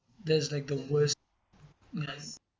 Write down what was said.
that's like the worst yes